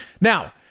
Now